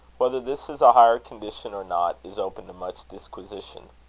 whether this is a higher condition or not, is open to much disquisition.